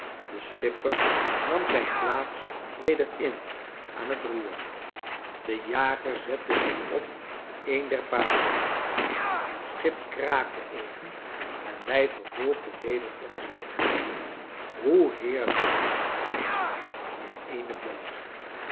de schipper nam zijn plaats weder in aan het roer de jager zette zich op een der paarden het schip kraakte even en wij vervolgden weder onzen weg hoe heerlijk is dat reizen in eene boot